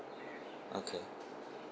okay